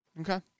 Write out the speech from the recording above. Okay